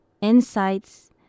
insights